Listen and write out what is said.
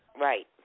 Right